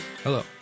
Hello